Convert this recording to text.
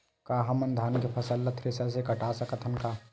का हमन धान के फसल ला थ्रेसर से काट सकथन का?